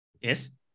Yes